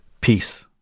Peace